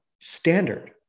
standard